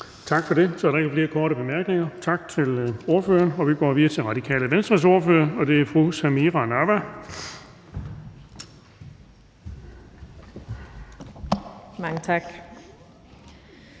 Tak for det. Så er der ikke flere korte bemærkninger. Tak til ordføreren. Vi går videre til Radikale Venstres ordfører, og det er fru Samira Nawa. Kl.